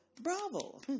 bravo